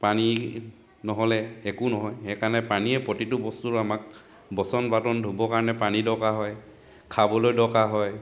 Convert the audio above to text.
পানী নহ'লে একো নহয় সেইকাৰণে পানীয়েই প্ৰতিটো বস্তুৰ আমাক বাচন বৰ্তন ধোবৰ কাৰণে পানী দৰকাৰ হয় খাবলৈ দৰকাৰ হয়